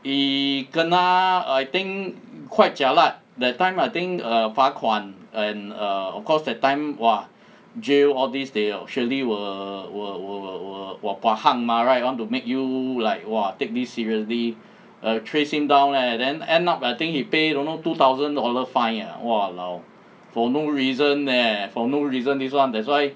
he kena I think quite jialat that time I think err 罚款 and err of course that time !wah! jail of these they will surely will will will will pua kang mah right want to make you like !wah! take this seriously err trace him down leh then end up I think he pay don't know two thousand dollar fine ah !walao! for no reason eh for no reason this one that's why